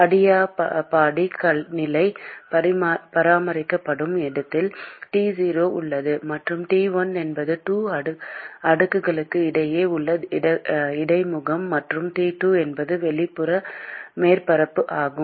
adiabatic நிலை பராமரிக்கப்படும் இடத்தில் T0 உள்ளது மற்றும் T1 என்பது 2 அடுக்குகளுக்கு இடையே உள்ள இடைமுகம் மற்றும் T2 என்பது வெளிப்புற மேற்பரப்பு ஆகும்